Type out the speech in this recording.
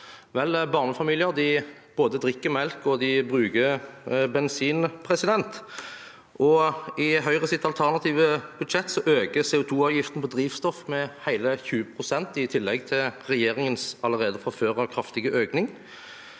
barnefamilier både drikker melk og bruker bensin, og i Høyres alternative budsjett øker CO2-avgiften på drivstoff med hele 20 pst., i tillegg til regjeringens allerede fra før av kraftige økning.